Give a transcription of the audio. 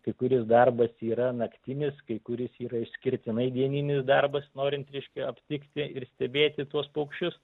kai kuris darbas yra naktinis kai kuris yra išskirtinai dieninis darbas norint reiškia aptikti ir stebėti tuos paukščius